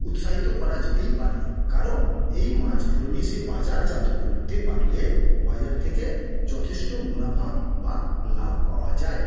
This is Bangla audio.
উৎসাহিত করা যেতেই পারে কারণ এই মাছ ধরে নিয়ে সে বাজারজাত করতে পারলে বাজার থেকে যথেষ্ট মুনাফা বা লাভ পাওয়া যায়